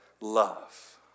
love